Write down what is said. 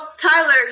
Tyler